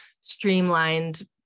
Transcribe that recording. streamlined